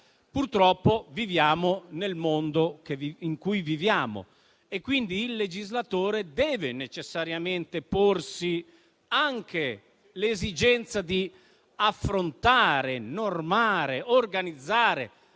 Purtroppo viviamo nel mondo in cui viviamo, quindi il legislatore deve necessariamente porsi anche l'esigenza di affrontare, normare e organizzare